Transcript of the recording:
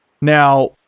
Now